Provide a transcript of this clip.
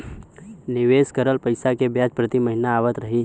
निवेश करल पैसा के ब्याज प्रति महीना आवत रही?